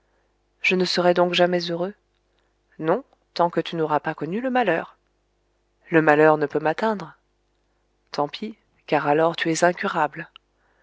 je ne serai donc jamais heureux non tant que tu n'auras pas connu le malheur le malheur ne peut m'atteindre tant pis car alors tu es incurable